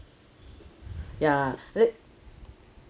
ya